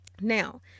now